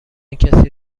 کسی